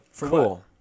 Cool